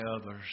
others